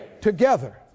together